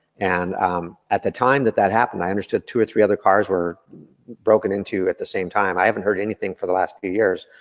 and at the time that that happened, i understood two or three other cars were broken into at the same time. i haven't heard anything for the last few years,